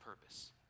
purpose